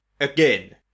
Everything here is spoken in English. again